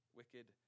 wicked